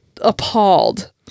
appalled